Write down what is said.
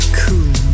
cool